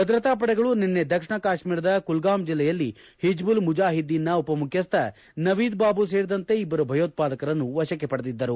ಭದ್ರತಾ ಪಡೆಗಳು ನಿನ್ನೆ ದಕ್ಷಿಣ ಕಾಶ್ಮೀರದ ಕುಲ್ಗಾಮ್ ಜಿಲ್ಲೆಯಲ್ಲಿ ಹಿದ್ದುಲ್ ಮುಜಾಹಿದ್ದೀನ್ನ ಉಪ ಮುಖ್ಯಸ್ವ ನವೀದ್ ಬಾಬು ಸೇರಿದಂತೆ ಇಬ್ಬರು ಭಯೋತ್ವಾದಕರನ್ನು ವಶಕ್ಕೆ ಪಡೆದಿದ್ದರು